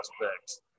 Prospects